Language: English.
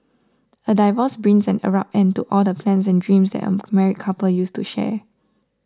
a divorce brings an abrupt end to all the plans and dreams that a married couple used to share